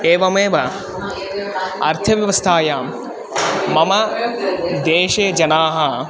एवमेव अर्थव्यवस्थायां मम देशे जनाः